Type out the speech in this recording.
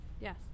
Yes